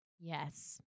Yes